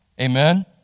amen